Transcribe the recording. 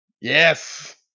Yes